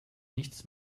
nichts